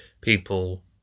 people